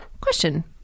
Question